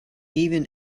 even